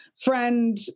friend